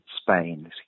Spain